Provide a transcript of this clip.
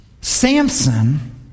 Samson